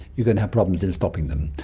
you're going to have problems in stopping them,